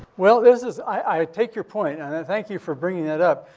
well, this is. i i take your point. and i thank you for bringing that up.